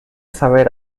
saber